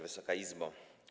Wysoka Izbo!